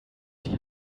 die